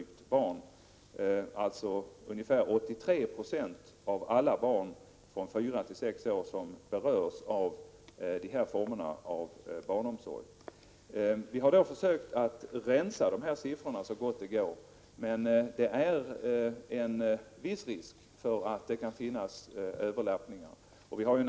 Det är alltså ungefär 129 Vi har försökt rensa siffrorna så gott det går, men det finns en viss risk för överlappning.